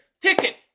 ticket